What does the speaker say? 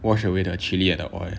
wash away the chili and the oil